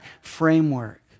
framework